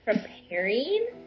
preparing